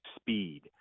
speed